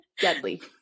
Deadly